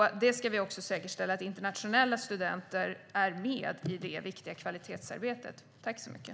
Vi ska också säkerställa att internationella studenter är med i det viktiga kvalitetsarbetet.